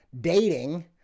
dating